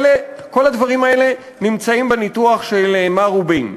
כל הדברים האלה נמצאים בניתוח של מר רובין.